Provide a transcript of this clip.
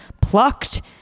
plucked